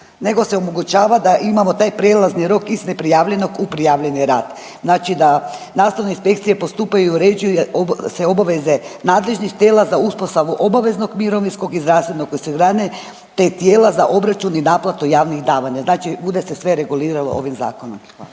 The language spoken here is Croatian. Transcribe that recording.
nego se omogućava da imamo taj prijelazni rok iz neprijavljenog u prijavljeni rad. Znači da nastavne inspekcije postupaju i uređuju sve obaveze nadležnih tijela za uspostavu obaveznog mirovinskog i zdravstvenog osiguranja, te tijela za obračun i naplatu javnih davanja. Znači bude se sve reguliralo ovim zakonom.